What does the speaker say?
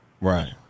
Right